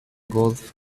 golf